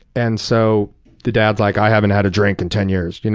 and so the dad's like, i haven't had a drink in ten years. you know